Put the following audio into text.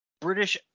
British